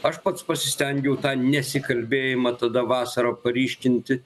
aš pats pasistengiau tą nesikalbėjimą tada vasarą paryškinti